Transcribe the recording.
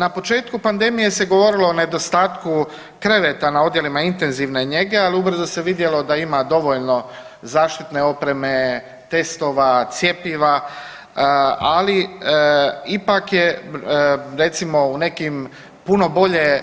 Na početku pandemije se govorilo o nedostatku kreveta na odjelima intenzivne njege, ali ubrzo se vidjelo da ima dovoljno zaštitne opreme, testova, cjepiva, ali ipak je recimo u nekim puno bolje